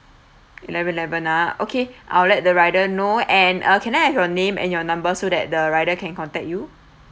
eleven eleven ah okay I'll let the rider know and uh can I have your name and your numbers so that the rider can contact you